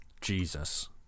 Jesus